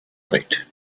night